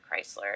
Chrysler